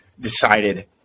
decided